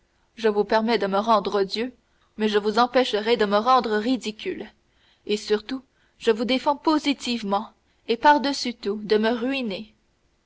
je vous permets de me rendre odieux mais je vous empêcherai de me rendre ridicule et surtout je vous défends positivement et par-dessus tout de me ruiner